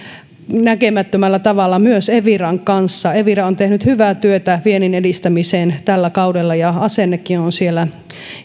ennennäkemättömällä tavalla myös eviran kanssa evira on tehnyt hyvää työtä viennin edistämiseen tällä kaudella ja asennekin on siellä